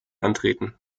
antreten